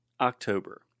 October